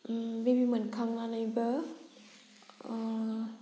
baby मोनखांनायनि उनावबो